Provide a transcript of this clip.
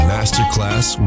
Masterclass